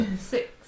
Six